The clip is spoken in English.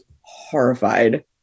horrified